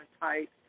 tight